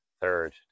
third